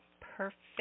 Perfect